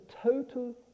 total